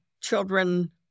children